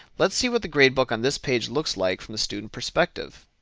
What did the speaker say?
let's see what the gradebook on this page looks like from the student perspective.